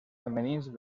femenins